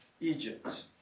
Egypt